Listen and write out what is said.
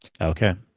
Okay